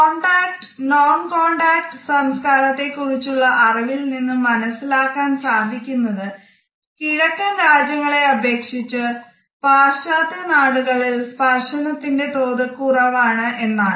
contact non contact സംസ്കാരത്തെ കുറിച്ചുള്ള അറിവിൽ നിന്നും മനസ്സിലാക്കാൻ സാധിക്കുന്നത് കിഴക്കൻ രാജ്യങ്ങളെ അപേക്ഷിച്ച് പാശ്ചാത്യ നാടുകളിൽ സ്പർശനത്തിന്റെ തോത് കുറവാണ്